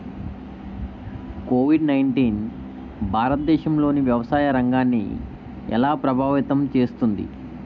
Covid nineteen భారతదేశంలోని వ్యవసాయ రంగాన్ని ఎలా ప్రభావితం చేస్తుంది?